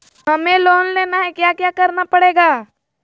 हमें लोन लेना है क्या क्या करना पड़ेगा?